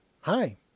Hi